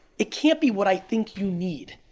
it can't be what i think you need.